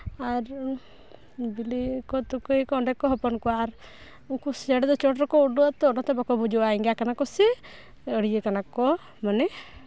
ᱟᱨ ᱵᱤᱞᱤᱭᱟᱠᱚ ᱛᱩᱠᱟᱹᱭᱟᱠᱚ ᱚᱸᱰᱮ ᱠᱚ ᱦᱚᱯᱚᱱ ᱠᱚᱣᱟ ᱟᱨ ᱩᱱᱠᱩ ᱪᱮᱬᱮ ᱫᱚ ᱪᱚᱴ ᱨᱮᱠᱚ ᱩᱰᱟᱹᱜ ᱟᱛᱚ ᱚᱱᱟᱛᱮ ᱵᱟᱠᱚ ᱵᱩᱡᱷᱟᱹᱜᱼᱟ ᱮᱸᱜᱟ ᱠᱟᱱᱟ ᱠᱚᱥᱮ ᱟᱹᱲᱭᱟᱹ ᱠᱟᱱᱟ ᱠᱚ ᱢᱟᱱᱮ